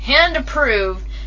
hand-approved